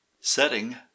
Setting